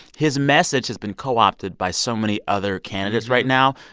his message has been co-opted by so many other candidates right now.